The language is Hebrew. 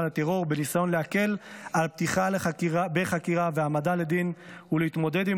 לטרור בניסיון להקל על פתיחה בחקירה והעמדה לדין ולהתמודד עם